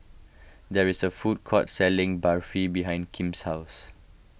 there is a food court selling Barfi behind Kim's house